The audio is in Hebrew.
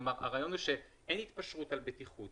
כלומר, הרעיון הוא שאין התפשרות על בטיחות.